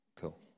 Cool